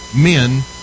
men